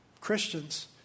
Christians